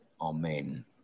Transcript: Amen